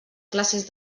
classes